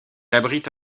abrite